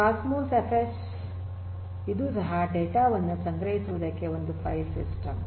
ಕಾಸ್ ಮೋಸ್ F S ಇದು ಸಹ ಡೇಟಾ ವನ್ನು ಸಂಗ್ರಹಿಸುವುದಕ್ಕೆ ಒಂದು ಫೈಲ್ ಸಿಸ್ಟಮ್